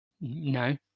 No